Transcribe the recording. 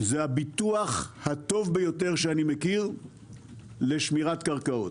זה הביטוח הטוב ביותר שאני מכיר לשמירת קרקעות,